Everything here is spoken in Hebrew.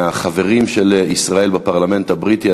מהחברים של ישראל בפרלמנט הבריטי.